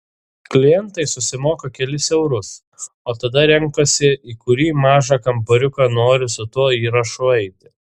klientai susimoka kelis eurus o tada renkasi į kurį mažą kambariuką nori su tuo įrašu eiti